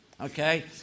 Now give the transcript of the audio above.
okay